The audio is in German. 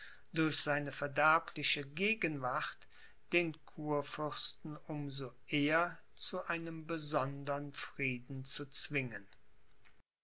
durch seine verderbliche gegenwart den kurfürsten um so eher zu einem besondern frieden zu zwingen